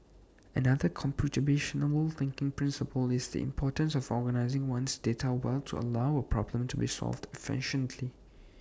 another computational thinking principle is the importance of organising one's data well to allow A problem to be solved efficiently